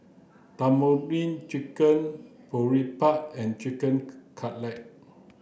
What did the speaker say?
Tandoori Chicken Boribap and Chicken Cutlet